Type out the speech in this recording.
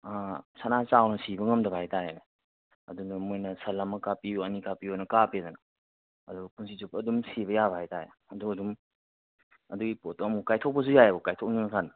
ꯁꯅꯥ ꯆꯥꯎꯅ ꯁꯤꯕ ꯉꯝꯗꯕ ꯍꯥꯏ ꯇꯥꯔꯦꯅꯦ ꯑꯗꯨꯅ ꯃꯣꯏꯅ ꯁꯟ ꯑꯃ ꯀꯥꯞꯄꯤꯌꯨ ꯑꯅꯤ ꯀꯥꯞꯄꯤꯌꯨꯅ ꯀꯥꯞꯄꯦꯗꯅ ꯑꯗꯨꯒ ꯄꯨꯟꯁꯤ ꯆꯨꯞꯄ ꯑꯗꯨꯝ ꯁꯤꯕ ꯌꯥꯕ ꯍꯥꯏ ꯇꯥꯔꯦ ꯑꯗꯨꯒ ꯑꯗꯨꯝ ꯑꯗꯨꯒꯤ ꯄꯣꯠꯇꯣ ꯑꯃꯨꯛ ꯀꯥꯏꯊꯣꯛꯄꯁꯨ ꯌꯥꯏꯌꯦꯕ ꯀꯥꯏꯊꯣꯛꯅꯤꯡꯉꯀꯥꯟꯗ